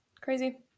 Crazy